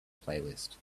playlist